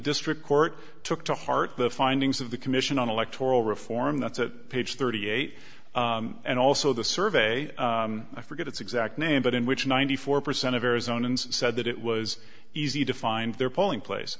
district court took to heart the findings of the commission on electoral reform that's it page thirty eight and also the survey i forget its exact name but in which ninety four percent of arizona and said that it was easy to find their polling place